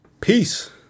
Peace